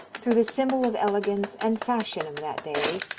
through the symbol of elegance and fashion of that day,